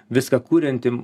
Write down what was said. viską kurianti